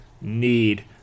need